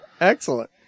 Excellent